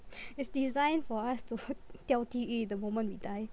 it's designed for us to 掉地狱 the moment we die